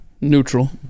Neutral